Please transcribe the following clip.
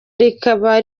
rikaba